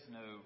no